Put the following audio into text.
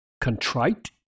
contrite